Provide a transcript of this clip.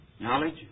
Knowledge